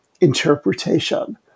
Interpretation